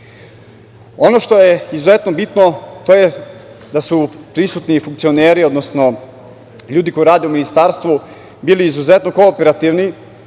što je izuzetno bitno je da su prisutni funkcioneri, odnosno ljudi koji rade u ministarstvu bili izuzetno kooperativni,